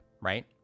right